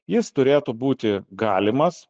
jis turėtų būti galimas